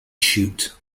chute